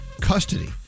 custody